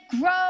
grow